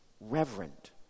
reverent